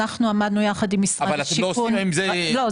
אנחנו עמדנו יחד עם משרד השיכון --- אבל אתם לא עושים עם זה --- לא,